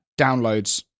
downloads